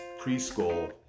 preschool